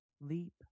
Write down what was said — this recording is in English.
leap